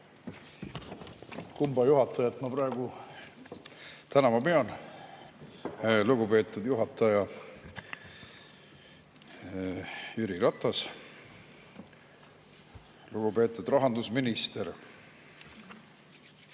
Kumba juhatajat ma praegu tänama pean? Lugupeetud juhataja Jüri Ratas! Lugupeetud rahandusminister!